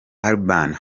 albin